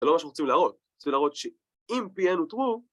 זה לא מה שאנחנו רוצים להראות, רוצים להראות שאם פי-אן הוא true